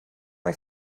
mae